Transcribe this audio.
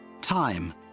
Time